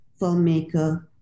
filmmaker